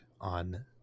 on